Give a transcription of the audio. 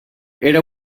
era